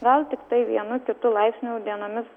gal tiktai vienu kitu laipsniu dienomis